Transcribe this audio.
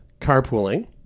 carpooling